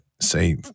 say